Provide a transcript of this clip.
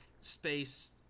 space